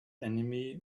enemy